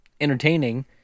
entertaining